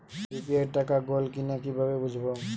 UPI টাকা গোল কিনা কিভাবে বুঝব?